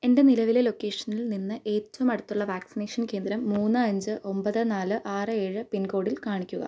എൻ്റെ നിലവിലെ ലൊക്കേഷനിൽ നിന്ന് ഏറ്റവും അടുത്തുള്ള വാക്സിനേഷൻ കേന്ദ്രം മൂന്ന് അഞ്ച് ഒൻപത് നാല് ആറ് ഏഴ് പിൻകോഡിൽ കാണിക്കുക